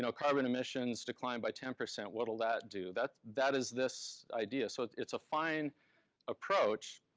so carbon emissions decline by ten percent what'll that do? that that is this idea. so it's a fine approach,